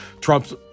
Trump's